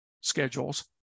schedules